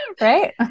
Right